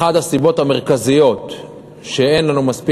אחת הסיבות המרכזיות לכך שאין לנו מספיק